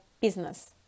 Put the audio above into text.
business